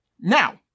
Now